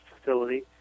facility